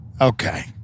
Okay